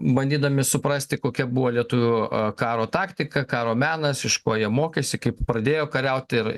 bandydami suprasti kokia buvo lietuvių karo taktika karo menas iš ko jie mokėsi kaip pradėjo kariauti ir